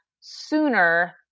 sooner